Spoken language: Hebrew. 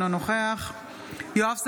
אינו נוכח יואב סגלוביץ'